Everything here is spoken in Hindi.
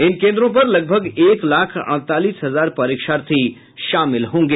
इन केन्द्रों पर लगभग एक लाख अड़तालीस हजार परीक्षार्थी शामिल होंगे